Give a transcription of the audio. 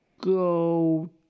go